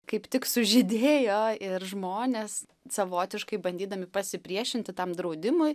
kaip tik sužydėjo ir žmonės savotiškai bandydami pasipriešinti tam draudimui